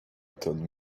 told